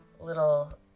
little